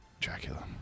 Dracula